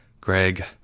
Greg